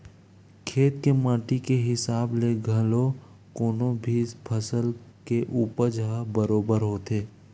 खेत के माटी के हिसाब ले घलो कोनो भी फसल के उपज ह बरोबर होथे